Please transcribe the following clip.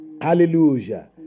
hallelujah